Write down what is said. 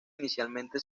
inicialmente